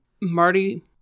Marty